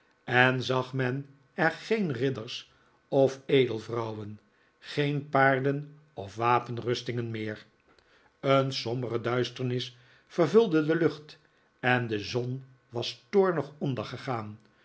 en zag men er geen ridders of edelvrouwen geen paarden of wapenrustingen meer een sombere duisternis vervulde de lucht en de zon was toornig ondergegaan